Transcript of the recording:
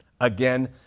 Again